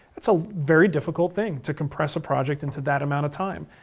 that's a very difficult thing to compress a project into that amount of time.